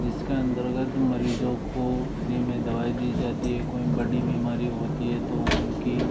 जिसके अंतर्गत मरीजों को फ्री में दवाई दी जाती है कोई बड़ी बीमारी होती है तो उनकी